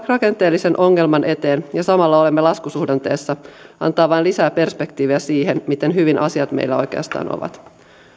rakenteellisen ongelman eteen ja samalla olemme laskusuhdanteessa antaa vain lisää perspektiiviä siihen miten hyvin asiat meillä oikeastaan ovat